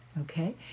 Okay